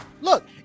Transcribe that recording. look